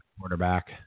Quarterback